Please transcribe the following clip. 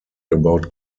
about